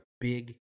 big